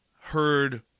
heard